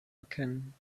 erkennen